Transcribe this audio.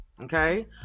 okay